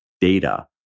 data